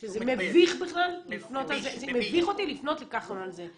זה מביך אותי לפנות לכחלון על זה.